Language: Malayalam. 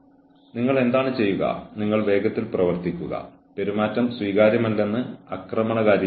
അതിനാൽ എന്താണ് ഗൌരവമായി എടുക്കേണ്ടതെന്ന് ജീവനക്കാരൻ അറിഞ്ഞിരിക്കണം